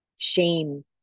shame